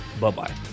Bye-bye